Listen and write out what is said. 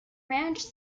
ranch